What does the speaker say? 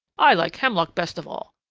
i like hemlock best of all,